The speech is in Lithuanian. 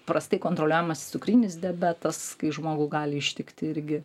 prastai kontroliuojamas cukrinis diabetas kai žmogų gali ištikti irgi